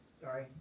Sorry